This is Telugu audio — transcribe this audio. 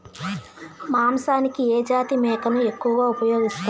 మాంసానికి ఏ జాతి మేకను ఎక్కువగా ఉపయోగిస్తారు?